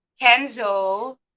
Kenzo